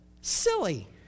Silly